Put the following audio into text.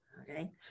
okay